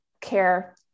care